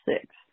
six